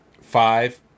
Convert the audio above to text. five